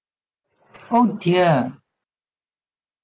oh dear